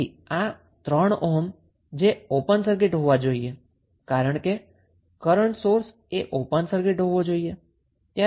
તેથી આ 3 ઓહ્મ છે જે ઓપન સર્કિટ હોવો જોઈએ કારણ કે કરન્ટ સોર્સ એ ઓપન સર્કિટ હોવો જોઈએ